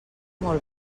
molt